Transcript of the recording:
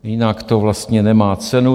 Jinak to vlastně nemá cenu.